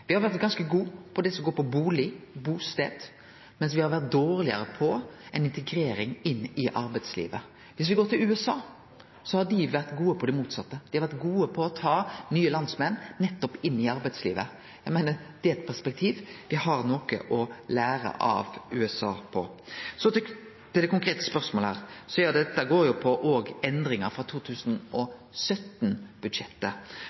har vore ganske gode på det som går på bustad, mens me har vore dårlegare på integrering inn i arbeidslivet. Om me går til USA, har dei vore gode på det motsette. Dei har vore gode på nettopp å ta nye landsmenn inn i arbeidslivet. Eg meiner det er eit perspektiv der me har noko å lære av USA. Så til det konkrete spørsmålet. Dette går jo òg på endringar frå